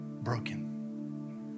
broken